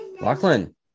Lachlan